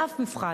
באף מבחן,